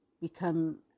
become